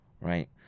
Right